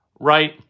right